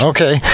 Okay